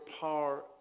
power